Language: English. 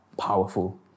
powerful